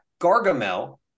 Gargamel